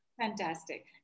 Fantastic